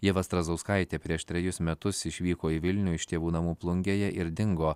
ieva strazdauskaitė prieš trejus metus išvyko į vilnių iš tėvų namų plungėje ir dingo